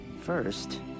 First